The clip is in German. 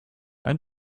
ein